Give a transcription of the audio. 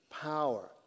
power